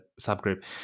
subgroup